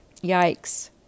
Yikes